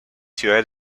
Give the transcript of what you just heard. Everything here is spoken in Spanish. ciudades